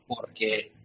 porque